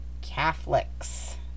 catholics